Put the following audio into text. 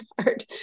hard